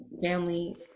family